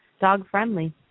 dog-friendly